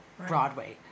Broadway